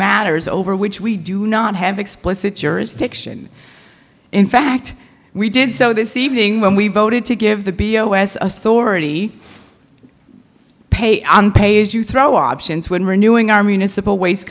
matters over which we do not have explicit jurisdiction in fact we did so this evening when we voted to give the b o s authority pay on pay as you throw options when renewing our municipal waste